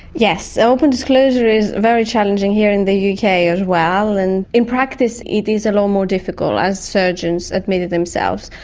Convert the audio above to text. yes, open disclosure is very challenging here in the yeah uk as well. and in practice it is a lot more difficult, as surgeons admitted themselves.